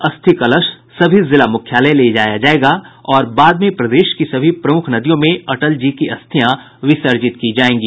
अस्थि कलश सभी जिला मुख्यालय ले जाया जायेगा और बाद में प्रदेश की सभी प्रमुख नदियों में अटल जी की अस्थियां विसर्जित की जायेंगी